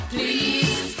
Please